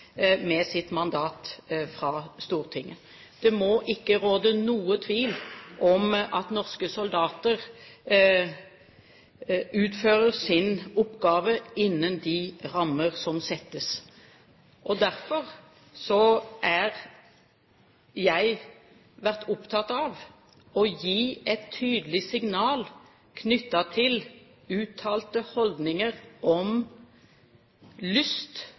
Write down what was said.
med sitt mandat fra Stortinget. Det må ikke råde noen tvil om at norske soldater utfører sin oppgave innen de rammer som settes. Derfor har jeg vært opptatt av å gi et tydelig signal knyttet til uttalte holdninger om lyst